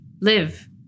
Live